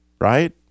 right